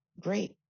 great